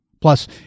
Plus